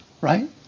right